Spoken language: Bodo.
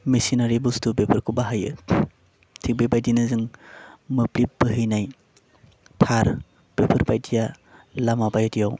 मिचिनारि बुस्थु बेफोरखौ बाहायो थिक बेबायदिनो जों मोब्लिब बोहैनाय थार बेफोर बायदिया लामा बायदियाव